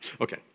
Okay